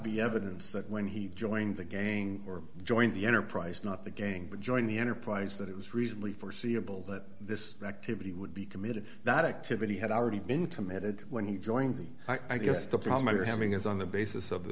be evidence that when he joined the gang or joined the enterprise not the gang but joined the enterprise that it was reasonably foreseeable that this activity would be committed that activity had already been committed when he joined the i guess the problem i'm having is on the basis of the